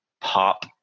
pop